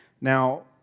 Now